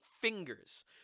fingers